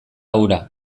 hura